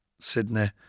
Sydney